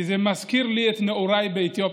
כי זה מזכיר לי את נעוריי באתיופיה,